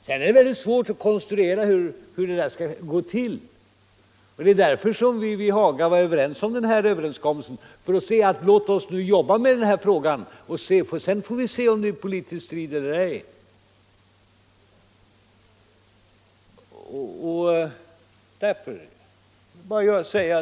Det är väldigt svårt att konstruera ett system för hur det skall gå till, och därför var vi vid Hagaöverläggningarna överens om att fortsätta att jobba med frågan och så får vi se sedan om det blir politisk strid eller ej.